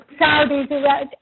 Saudis